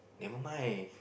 never mind